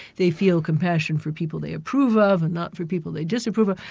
they feel compassion for people they approve of, and not for people they disapprove of.